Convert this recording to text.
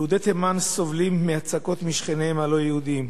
יהודי תימן סובלים מהצקות משכניהם הלא-יהודים.